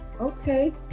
okay